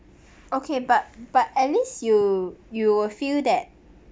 okay but but at least you you will feel that